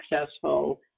successful